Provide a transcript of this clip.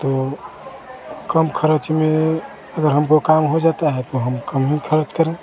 तो कम ख़र्च में अगर हमको काम हो जाता है तो हम कम ही ख़र्च करें